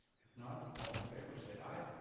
if not, all in favor say aye?